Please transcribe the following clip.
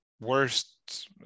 worst